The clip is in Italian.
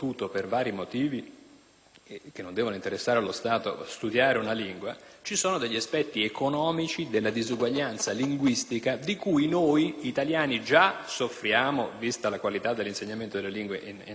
che non devono interessare lo Stato, studiare una lingua, ci sono degli aspetti economici della disuguaglianza linguistica - di cui noi italiani già soffriamo, vista la qualità dell'insegnamento delle lingue in Italia